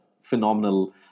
phenomenal